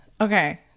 Okay